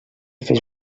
fes